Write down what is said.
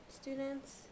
students